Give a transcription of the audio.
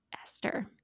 Esther